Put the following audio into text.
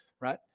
Right